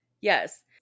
Yes